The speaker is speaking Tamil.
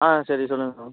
ஆ சரி சொல்லுங்க மேம்